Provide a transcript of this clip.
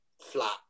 flat